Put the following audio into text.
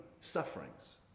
sufferings